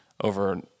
over